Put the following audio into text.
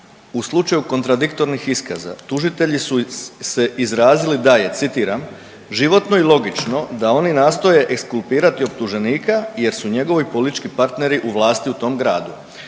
u slučaju kontradiktornih iskaza tužitelji su se izrazili da je citiram, životno i logično da oni nastoje ekskulpirati optuženika jer su njegovi politički partneri u vlasti u tom gradu.